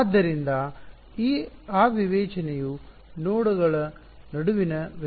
ಆದ್ದರಿಂದ ಆ ವಿವೇಚನೆಯು ನೋಡ ಗಳ ನಡುವಿನ ವ್ಯತ್ಯಾಸ ಅಂತರಕ್ಕೆ ಅನುವಾದಿಸುತ್ತದೆ